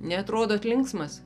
neatrodot linksmas